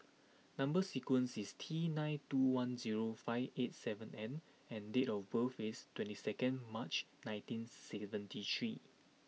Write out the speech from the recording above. number sequence is T nine two one zero five eight seven N and date of birth is twenty second March nineteen seventy three